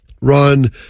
run